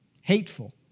hateful